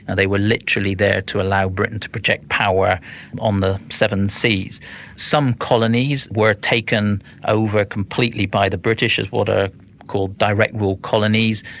and they were literally there to allow britain to project power on the seven seas some colonies were taken over completely by the british as what are called direct rule colonies.